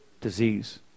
disease